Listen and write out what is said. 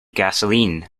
gasoline